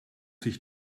sich